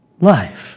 life